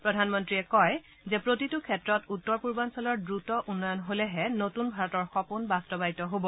প্ৰধানমন্ত্ৰীয়ে কয় যে প্ৰতিটো ক্ষেত্ৰত উত্তৰ পূৰ্বাঞ্চলৰ দ্ৰুত উন্নয়ন হলেহে নতুন ভাৰতৰ সপোন বাস্তৱায়িত হব